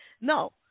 no